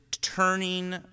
turning